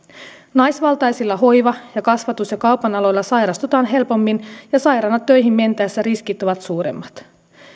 naisvaltaisilla hoiva ja kasvatus ja kaupan aloilla sairastutaan helpommin ja sairaana töihin mentäessä riskit ovat suuremmat